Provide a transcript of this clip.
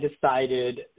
decided